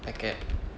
packet